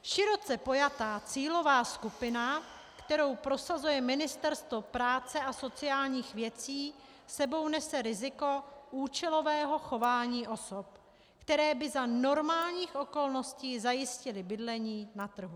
Široce pojatá cílová skupina, kterou prosazuje Ministerstvo práce a sociálních věcí, s sebou nese riziko účelového chování osob, které by za normálních okolností zajistily bydlení na trhu.